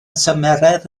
tymheredd